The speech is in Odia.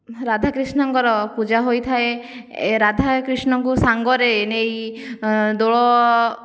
ରାଧାକୃଷ୍ଣଙ୍କର ପୂଜା ହୋଇଥାଏ ରାଧାକୃଷ୍ଣଙ୍କୁ ସାଙ୍ଗରେ ନେଇ ଦୋଳ